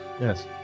Yes